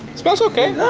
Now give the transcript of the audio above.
smells okay.